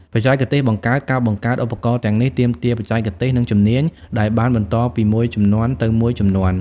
បច្ចេកទេសបង្កើត ការបង្កើតឧបករណ៍ទាំងនេះទាមទារបច្ចេកទេស និងជំនាញដែលបានបន្តពីមួយជំនាន់ទៅមួយជំនាន់។